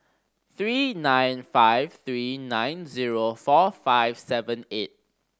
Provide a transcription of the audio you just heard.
three nine five three nine zero four five seven eight